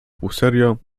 półserio